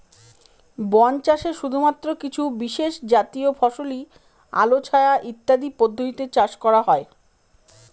বন চাষে শুধুমাত্র কিছু বিশেষজাতীয় ফসলই আলো ছায়া ইত্যাদি পদ্ধতিতে চাষ করা হয়